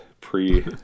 pre